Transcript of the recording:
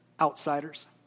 outsiders